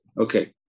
okay